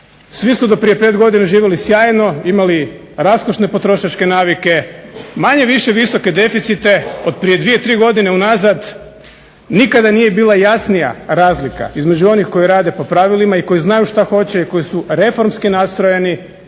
Svi su do prije pet godina živjeli sjajno, imali rastrošne potrošačke navike, manje-više visoke deficite od prije dvije, tri godine unazad nikada nije bila jasnija razlika između onih koji rade po pravilima, koji znaju što hoće i koji su reformski nastrojeni